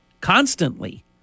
Constantly